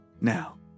Now